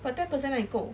but ten percent 哪里够